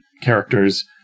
characters